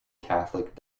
catholic